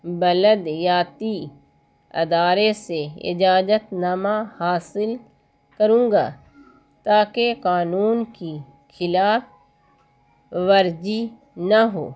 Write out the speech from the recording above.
بلدیاتی ادارے سے اجازت نامہ حاصل کروں گا تاکہ قانون کی خلاف ورزی نہ ہو